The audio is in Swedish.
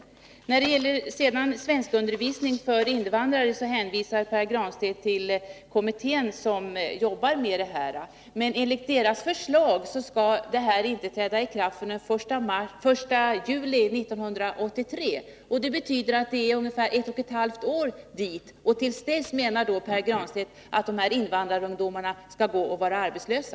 När det sedan gäller frågan om svenskundervisning för invandrare hänvisar Pär Granstedt till den kommitté som arbetar med saken, men enligt kommitténs förslag skall den verksamheten inte träda i kraft förrän den 1 juli 1983. Det är ungefär ett och ett halvt år dit. Menar Pär Granstedt då att de här invandrarungdomarna skall gå arbetslösa?